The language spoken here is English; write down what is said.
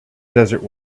desert